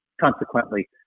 consequently